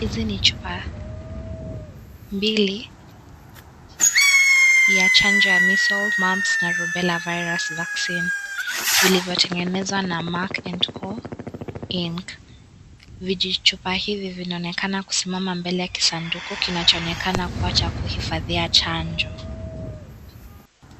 Hizi ni chupa mbili za chanjo ya Measles, Mumps and Rubella vaccine iliyotengenezwa na kampuni ya Merck and Co, INC . Vijichupa hivi vinaonekana vimesimama mbele ya kijisanduku kinachoonekana kama cha kuhifadhia chanjo .